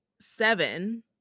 seven